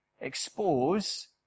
expose